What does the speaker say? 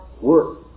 work